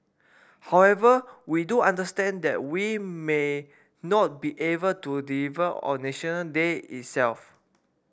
however we do understand that we may not be able to deliver on National Day itself